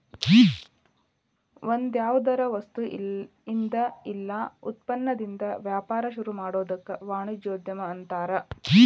ಒಂದ್ಯಾವ್ದರ ವಸ್ತುಇಂದಾ ಇಲ್ಲಾ ಉತ್ಪನ್ನದಿಂದಾ ವ್ಯಾಪಾರ ಶುರುಮಾಡೊದಕ್ಕ ವಾಣಿಜ್ಯೊದ್ಯಮ ಅನ್ತಾರ